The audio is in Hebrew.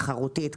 תחרותית,